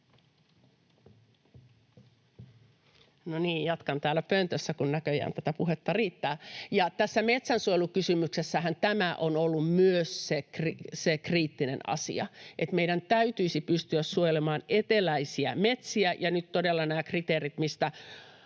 jatkan täällä pöntössä, kun näköjään tätä puhetta riittää. — Tässä metsänsuojelukysymyksessähän on ollut myös se kriittinen asia, että meidän täytyisi pystyä suojelemaan eteläisiä metsiä. Ja nyt todella nämä kriteerit, mistä